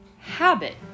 habit